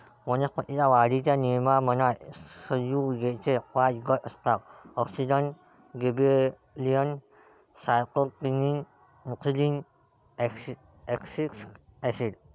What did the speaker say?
वनस्पतीं च्या वाढीच्या नियमनात संयुगेचे पाच गट असतातः auxin, gibberellin, cytokinin, ethylene, abscisic acid